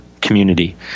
community